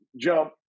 jump